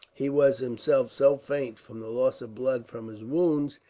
he was himself so faint, from the loss of blood from his wounds,